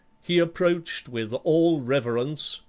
he approached with all reverence,